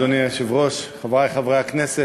אדוני היושב-ראש, תודה רבה, חברי חברי הכנסת,